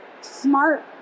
smart